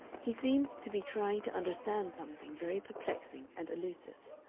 he seemed to be trying to understand something very perplexing and elusive.